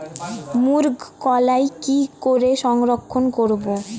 মুঘ কলাই কি করে সংরক্ষণ করব?